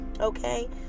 okay